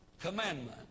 commandment